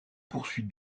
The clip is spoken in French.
poursuit